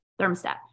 thermostat